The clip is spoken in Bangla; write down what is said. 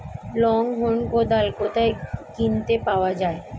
লং হেন্ড কোদাল কোথায় কিনতে পাওয়া যায়?